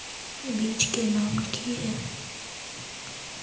बीज के नाम की है?